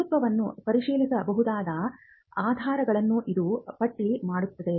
ಸಿಂಧುತ್ವವನ್ನು ಪ್ರಶ್ನಿಸಬಹುದಾದ ಆಧಾರಗಳನ್ನು ಇದು ಪಟ್ಟಿ ಮಾಡುತ್ತದೆ